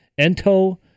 Ento